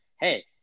hey